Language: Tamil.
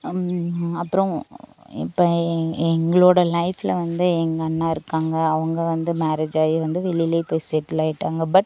அப்புறம் இப்போ எங்களோட லைஃப்பில் வந்து எங்கள் அண்ணா இருக்காங்க அவங்க வந்து மேரேஜ் ஆகி வந்து வெளியிலேயே போய் செட்டில் ஆகிட்டாங்க பட்